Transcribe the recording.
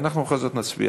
אנחנו בכל זאת נצביע.